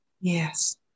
Yes